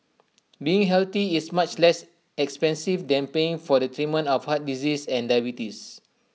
being healthy is much less expensive than paying for the treatment of heart disease and diabetes